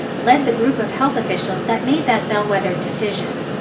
led the group of health officials that made that bellwether decision.